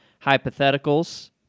hypotheticals